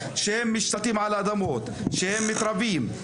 כשנאמר שהם משתלטים על אדמות ושהם מתרבים.